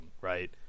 right